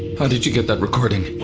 how did you get that recording?